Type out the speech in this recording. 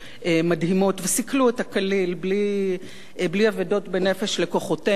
מדהימות וסיכלו אותה כליל בלי אבדות בנפש לכוחותינו.